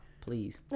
Please